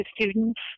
students